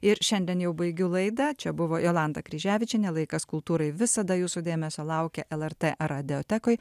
ir šiandien jau baigiu laidą čia buvo jolanta kryževičienė laikas kultūrai visada jūsų dėmesio laukia lrt radiotekoj